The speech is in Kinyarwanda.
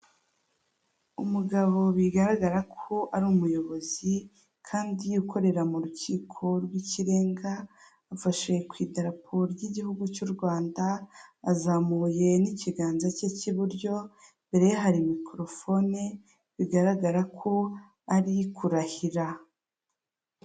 Umuhanda wa kaburimbo cyangwa se w'umukara uri gukoreshwa n'ibinyabiziga bitandukanye, bimwe muri byo ni amagare abiri ahetse abagenzi ikindi nii ikinyabiziga kiri mu ibara ry'umweru cyangwa se ikamyo kikoreye inyuma imizigo bashumikishije itente cyangwa se igitambaro cy'ubururu.